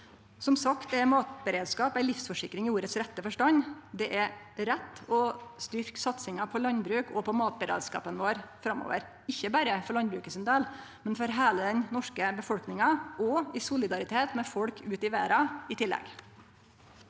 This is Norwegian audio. Som sagt er matberedskap ei livsforsikring i ordets rette forstand. Det er rett å styrkje satsinga på landbruk og på matberedskapen vår framover, ikkje berre for landbruket sin del, men for heile den norske befolkninga – og i tillegg i solidaritet med folk ute i verda. Irene